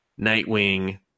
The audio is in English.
Nightwing